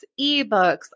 eBooks